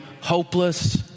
hopeless